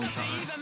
time